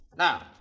Now